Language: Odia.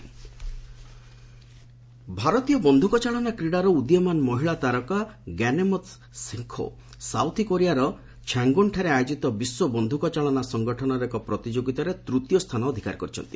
ସୁଟିଂ ଭାରତୀୟ ବନ୍ଧୁକ ଚାଳନା କ୍ରୀଡ଼ାର ଉଦିୟମାନ ମହିଳା ତାରକା ଗାନେମତ୍ ଶେଙ୍ଖୋ ସାଉଥ୍ କୋରିଆର ଛାଙ୍ଗୋନ୍ଠାରେ ଆୟୋଜିତ ବିଶ୍ୱ ବନ୍ଧୁକ ଚାଳନା ସଂଗଠନର ଏକ ପ୍ରତିଯୋଗିତାରେ ତୂତୀୟ ସ୍ଥାନ ଅଧିକାର କରିଛନ୍ତି